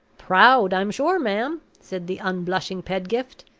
proud, i'm sure, ma'am, said the unblushing pedgift.